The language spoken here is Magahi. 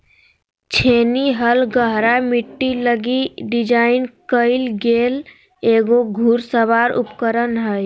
छेनी हल गहरा मिट्टी लगी डिज़ाइन कइल गेल एगो घुड़सवार उपकरण हइ